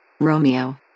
romeo